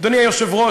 אדוני היושב-ראש,